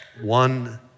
one